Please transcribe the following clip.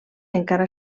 encara